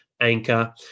anchor